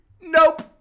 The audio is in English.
Nope